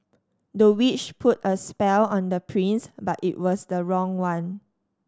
the witch put a spell on the prince but it was the wrong one